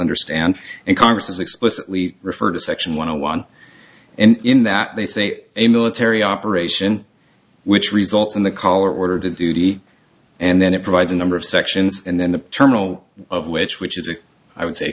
understand and congress has explicitly referred to section went to one and in that they say a military operation which results in the collar order to duty and then it provides a number of sections and then the terminal of which which is a i would say